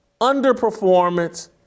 underperformance